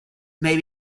may